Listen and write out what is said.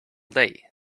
day